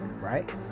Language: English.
right